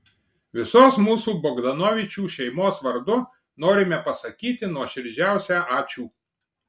visos mūsų bogdanovičių šeimos vardu norime pasakyti nuoširdžiausią ačiū